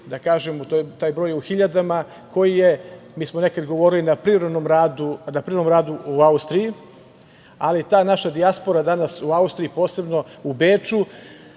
ljudi, taj broj je u hiljadama, koji je, mi smo nekada govorili na privremenom radu u Austriji, ali ta naša dijaspora danas u Austriji, posebno u Beču,